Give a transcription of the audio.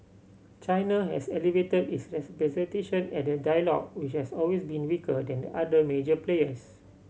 China has elevated its representation at the dialogue which has always been weaker than the other major players